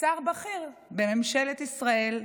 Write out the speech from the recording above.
שר בכיר בממשלת ישראל?